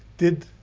did,